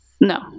No